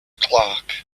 clark